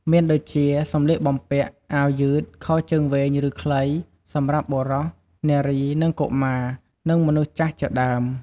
មានដូចជា សម្លៀកបំពាក់ អាវយឺត ខោជើងវែងឬខ្លី សម្រាប់បុរស នារី និងកុមារ និងមនុស្សចាស់ជាដើម។